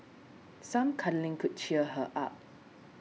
some cuddling could cheer her up